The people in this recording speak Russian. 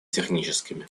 техническими